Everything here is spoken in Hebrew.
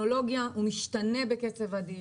שמשתנה בקצב אדיר,